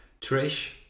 Trish